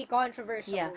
controversial